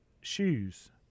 shoes